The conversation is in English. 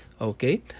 Okay